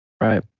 Right